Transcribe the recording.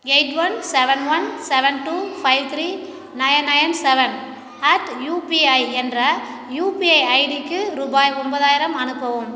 eight one seven one seven two five three nine nine seven at UPI என்ற UPI ஐடிக்கு ரூபாய் ஒன்பதாயிரம் அனுப்பவும்